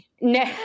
No